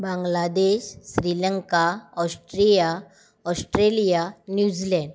Bangladesh Sri Lanka Austria Australia New Zealand